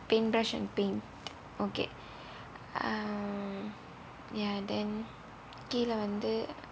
paintbrush and paint okay um ya then கீழே வந்து:kizhae vanthu